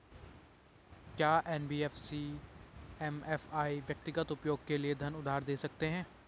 क्या NBFC MFI व्यक्तिगत उपयोग के लिए धन उधार दें सकते हैं?